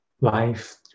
life